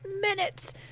minutes